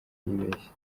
yibeshye